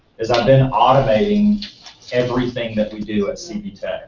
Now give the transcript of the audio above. is i've been automating everything that we do at cb